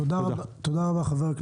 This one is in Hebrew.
תודה רבה.